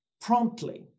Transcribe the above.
promptly